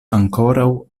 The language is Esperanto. ankoraŭ